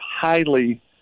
highly